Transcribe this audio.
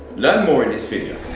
learn more in this video.